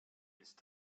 ist